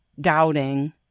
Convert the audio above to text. doubting